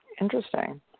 Interesting